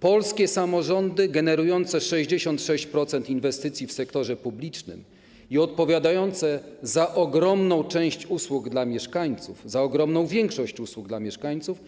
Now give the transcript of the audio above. Polskie samorządy, generujące 66% inwestycji w sektorze publicznym i odpowiadające za ogromną część usług dla mieszkańców, za ogromną większość usług dla mieszkańców,